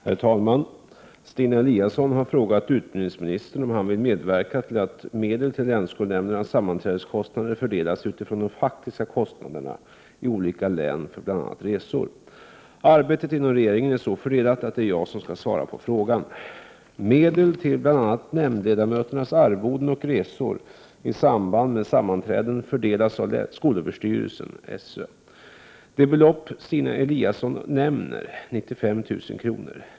Herr talman! Stina Eliasson har frågat utbildningsministern om han vill medverka till att medlen till länsskolnämndernas sammanträdeskostnader fördelas utifrån de faktiska kostnaderna i olika län för bl.a. resor. Arbetet inom regeringen är så fördelat att det är jag som skall svara på frågan. Medel till bl.a. nämndledamöters arvoden och resor i samband med sammanträden fördelas av skolöverstyrelsen. Det belopp Stina Eliasson nämner — 95 000 kr.